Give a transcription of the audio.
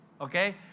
Okay